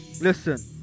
Listen